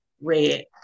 red